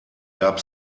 gab